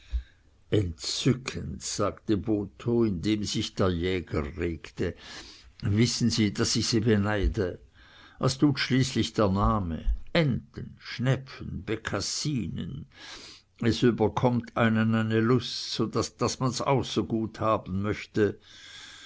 entzückend sagte botho in dem sich der jäger regte wissen sie daß ich sie beneide was tut schließlich der name enten schnepfen bekassinen es überkommt einen eine lust daß man's auch so gut haben möchte